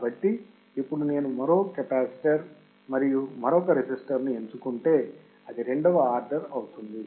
కాబట్టి ఇప్పుడు నేను మరో కెపాసిటర్ మరియు మరొక రెసిస్టర్ను ఎంచుకుంటే అది రెండవ ఆర్డర్ అవుతుంది